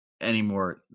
anymore